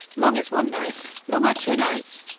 long is one night, long are two nights,